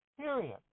period